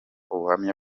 ubuhamya